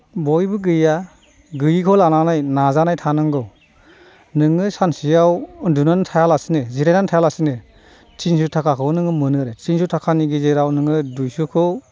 बयबो गैया गैयिखौ लानानै नाजानाय थानांगौ नोङो सानसेयाव उन्दुनानै थायालासिनो जिरायनानै थायालासिनो तिनस' थाखाखौ नों मोनो दे तिनस' थाखानि गेजेराव नोङो दुइस'खौ